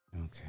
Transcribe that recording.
okay